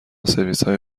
سرویسهای